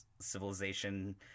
civilization